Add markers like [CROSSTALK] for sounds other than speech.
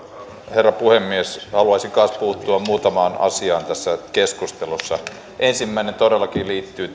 herra puhemies haluaisin kanssa puuttua muutamaan asiaan tässä keskustelussa ensimmäinen todellakin liittyy [UNINTELLIGIBLE]